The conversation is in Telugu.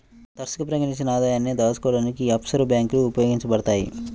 తరచుగా ప్రకటించని ఆదాయాన్ని దాచుకోడానికి యీ ఆఫ్షోర్ బ్యేంకులు ఉపయోగించబడతయ్